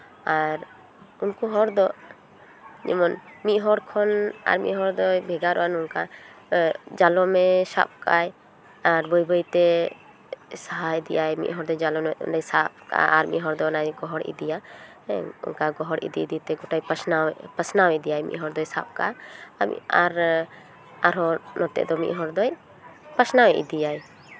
ᱟᱨ ᱩᱱᱠᱩ ᱦᱚᱲ ᱫᱚ ᱡᱮᱢᱚᱱ ᱢᱤᱫ ᱦᱚᱲ ᱠᱷᱚᱱ ᱟᱨ ᱢᱤᱫ ᱦᱚᱲ ᱫᱚᱭ ᱵᱷᱮᱜᱟᱨᱚᱜᱼᱟ ᱱᱚᱝᱠᱟ ᱡᱟᱞᱚᱢᱮ ᱥᱟᱵ ᱠᱟᱜᱼᱟᱭ ᱟᱨ ᱵᱟᱹᱭᱼᱵᱟᱹᱭ ᱛᱮ ᱥᱟᱦᱟ ᱤᱫᱤᱭᱟᱭ ᱢᱤᱫ ᱦᱚᱲ ᱫᱚ ᱡᱟᱞᱚᱢᱮ ᱥᱟᱵ ᱠᱟᱜᱼᱟ ᱟᱨ ᱢᱤᱫ ᱦᱚᱲ ᱫᱚ ᱚᱱᱮᱭ ᱜᱚᱦᱚᱲ ᱤᱫᱤᱭᱟ ᱦᱮᱸ ᱚᱱᱠᱟ ᱜᱚᱦᱚᱲ ᱤᱫᱤ ᱤᱫᱤ ᱛᱮ ᱜᱳᱴᱟᱭ ᱯᱟᱥᱱᱟᱣ ᱯᱟᱥᱱᱟᱣ ᱤᱫᱤᱭᱟᱭ ᱢᱤᱫ ᱦᱚᱲ ᱫᱚᱭ ᱥᱟᱵ ᱠᱟᱜᱼᱟ ᱟᱨ ᱟᱨᱦᱚᱸ ᱱᱚᱛᱮ ᱫᱚ ᱢᱤᱫ ᱦᱚᱲ ᱫᱚᱭ ᱯᱟᱥᱱᱟᱣ ᱤᱫᱤᱭᱟᱭ